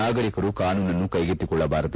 ನಾಗರಿಕರು ಕಾನೂನನ್ನು ಕೈಗೆತ್ತಿಕೊಳ್ಳಬಾರದು